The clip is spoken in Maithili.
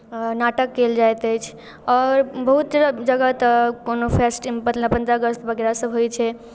नाटक कयल जाइत अछि नाटक आओर बहुत जग जगह तऽ कोनो फेस्टि मतलब पन्द्रह अगस्त वगैरह सभ होइ छै